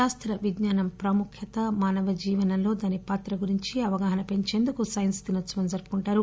శాస్తవిజ్ఞానం ప్రాముఖ్యత మానవ జీవనంలో దాని పాత్ర గురించి అవగాహన పెంచేందుకు ఈ దినోత్సవం జరుపుకుంటారు